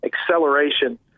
acceleration